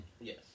Yes